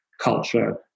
culture